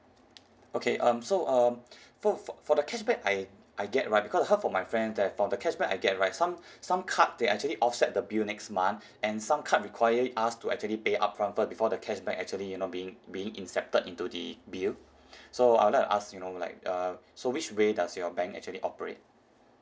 okay um so um for for for the cashback I I get right because I heard from my friend that for the cashback I get right some some card they actually offset the bill next month and some card require us to actually pay up front first before the cashback actually you know being being incepted into the bill so I would like to ask you know like uh so which way does your bank actually operate